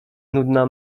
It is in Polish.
nudna